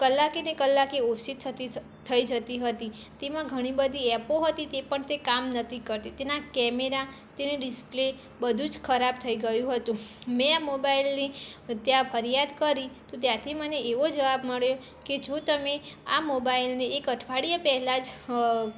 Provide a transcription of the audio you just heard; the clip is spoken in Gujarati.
કલાકે ને કલાકે ઓછી થતી થઈ જતી હતી તેમાં ઘણી બધી એપો હતી તે પણ તે કામ નહોતી કરતી તેના કેમેરા તેનો ડિસ્પ્લે બધું જ ખરાબ થઈ ગયું હતું મેં મોબાઇલની ત્યાં ફરિયાદ કરી તો ત્યાંથી મને એવો જવાબ મળ્યો કે જો તમે આ મોબાઇલને એક અઠવાડિયા પહેલાં જ અ